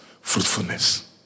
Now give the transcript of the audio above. fruitfulness